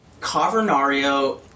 Cavernario